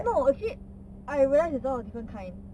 no actu~ I realise there is a lot of different kind [one] is